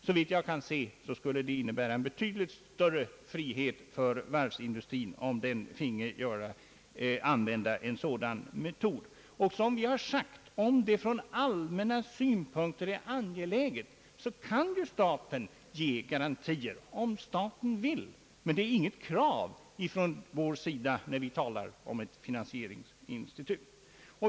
Såvitt jag kan se skulle det innebära en betydligt större frihet för varvsindustrin, om den finge använda en sådan metod som vår. Vi har sagt, att om det från allmänna synpunkter är angeläget, kan staten ge garantier, om staten vill. Men det är inget krav ifrån vår sida, när vi talar om ett finansieringsinstitut.